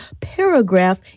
paragraph